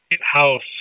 House